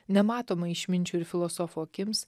nematomą išminčių ir filosofų akims